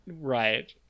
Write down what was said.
Right